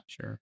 Sure